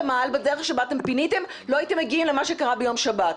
המאהל בדרך שבה אתם פיניתם לא הייתם מגיעים למה שקרה ביום שבת.